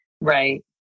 right